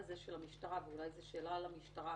ואולי זו שאלה למשטרה